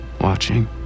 watching